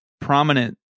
prominent